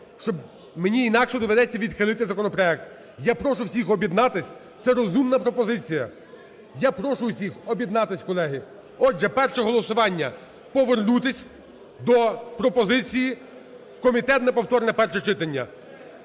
Мені інакше доведеться відхилити законопроект. Я прошу всіх об'єднатись, це розумна пропозиція. Я прошу усіх об'єднатись, колеги. Отже, перше голосування: повернутись до пропозиції в комітет на повторне перше читання.